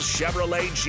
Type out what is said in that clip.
Chevrolet